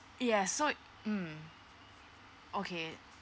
yes so mm okay